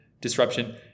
disruption